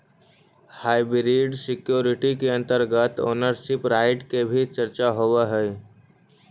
hybrid security के अंतर्गत ownership right के भी चर्चा होवऽ हइ